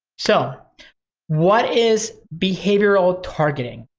so what is behavioral targeting?